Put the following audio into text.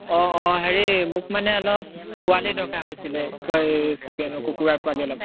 অঁ অঁ হেৰি মোক মানে অলপ পোৱালি দৰকাৰ হৈছিলে এই চিকেনৰ কুকুৰাৰ পোৱালি অলপ